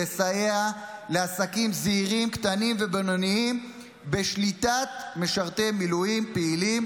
לסייע לעסקים זעירים קטנים ובינוניים בשליטת משרתי מילואים פעילים,